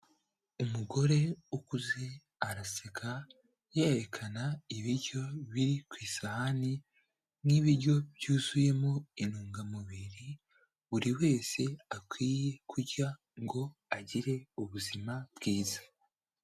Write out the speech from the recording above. Umugore ukuze araseka yerekana ibiryo biri ku isahani nk'ibiryo byuzuyemo intungamubiri buri wese akwiye kurya ngo agire ubuzima bwiza.